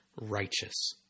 righteous